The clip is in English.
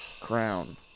crown